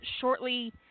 shortly